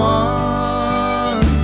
one